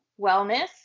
wellness